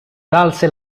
valse